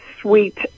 sweet